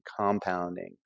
compounding